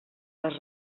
les